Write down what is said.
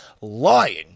lying